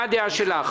מה הדעה שלך?